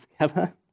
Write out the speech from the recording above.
together